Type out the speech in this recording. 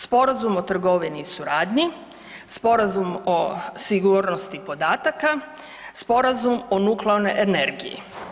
Sporazum o trgovini i suradnji, Sporazum o sigurnosti podataka, Sporazum o nuklearnoj energiji.